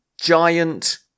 giant